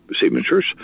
signatures